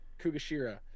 Kugashira